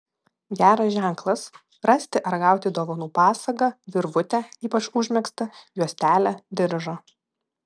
geras ženklas rasti ar gauti dovanų pasagą virvutę ypač užmegztą juostelę diržą